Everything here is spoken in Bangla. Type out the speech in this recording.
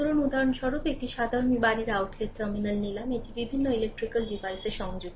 ধরুন উদাহরণস্বরূপ একটি সাধারণ বাড়ির আউটলেট টারমিনাল নিলাম এটি বিভিন্ন ইলেক্ট্রিকাল ডিভাইসে সংযুক্ত